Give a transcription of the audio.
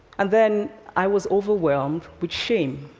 and then, i was overwhelmed with shame.